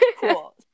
Cool